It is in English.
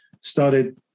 started